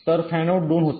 तर फॅनआउट 2 होते